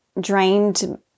drained